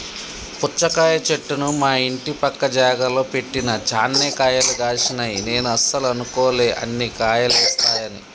పుచ్చకాయ చెట్టును మా ఇంటి పక్క జాగల పెట్టిన చాన్నే కాయలు గాశినై నేను అస్సలు అనుకోలే అన్ని కాయలేస్తాయని